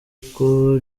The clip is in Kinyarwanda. uko